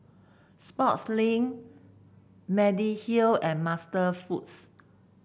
Sportslink Mediheal and MasterFoods